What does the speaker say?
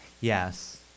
yes